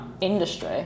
industry